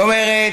זאת אומרת,